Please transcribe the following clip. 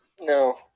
No